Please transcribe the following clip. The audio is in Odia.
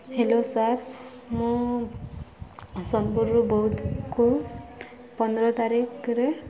ହେଲୋ ସାର୍ ମୁଁ ସୋନପୁରରୁ ବୌଦ୍ଧକୁ ପନ୍ଦର ତାରିଖରେ